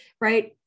right